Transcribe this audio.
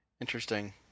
Interesting